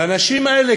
והאנשים האלה,